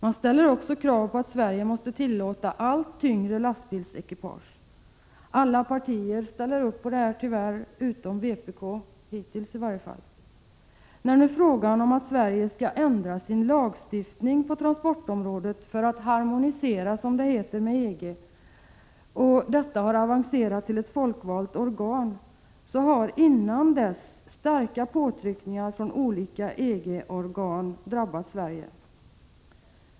Man ställer också krav på att Sverige måste tillåta allt tyngre lastbilsekipage. Alla partier ställer tyvärr upp på detta utom vpk, hittills i varje fall. När nu frågan om att Sverige skall ändra sin lagstiftning på transportområdet för att harmonisera, som det heter, med EG och detta har avancerat till ett folkvalt organ, har detta föregåtts av starka påtryckningar på Sverige från olika EG-organ.